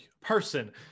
person